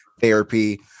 therapy